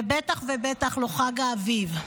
ובטח ובטח לא חג האביב.